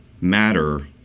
matter